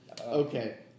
Okay